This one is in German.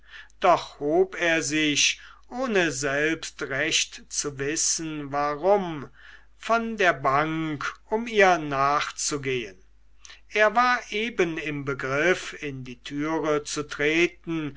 doch hob er sich ohne selbst recht zu wissen warum von der bank um ihr nachzugehen er war eben im begriff in die türe zu treten